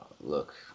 Look